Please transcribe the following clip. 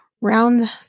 Round